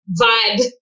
vibe